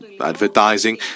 advertising